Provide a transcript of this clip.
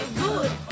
good